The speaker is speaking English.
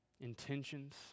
intentions